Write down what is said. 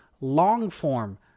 long-form